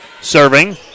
serving